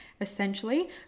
essentially